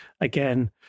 again